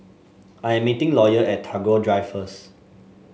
I am meeting Lawyer at Tagore Drive first